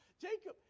Jacob